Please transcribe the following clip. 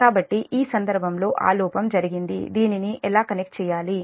కాబట్టి ఈ సందర్భంలో ఆ లోపం జరిగింది దీనిని ఎలా కనెక్ట్ చేయాలి